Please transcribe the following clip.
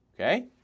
Okay